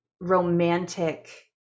romantic